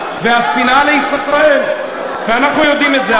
והשנאה לישראל, ואנחנו יודעים את זה.